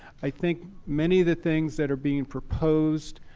i think many of the things that are being proposed,